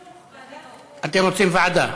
אתם רוצים ועדה.